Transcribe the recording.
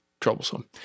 troublesome